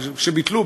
כשביטלו,